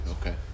Okay